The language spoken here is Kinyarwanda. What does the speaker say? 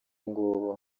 ngubu